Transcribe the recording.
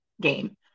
game